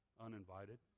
Uninvited